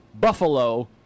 Buffalo